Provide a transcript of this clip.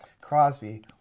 crosby